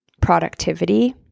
productivity